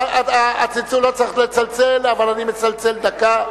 לא צריך לצלצל, אבל אני מצלצל דקה,